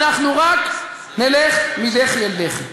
אנחנו רק נלך מדחי אל דחי.